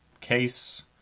case